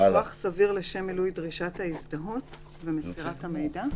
"כוח סביר לשם מילוי דרישת ההזדהות ומסירת המידע"?